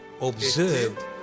observed